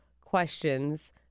questions